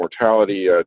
mortality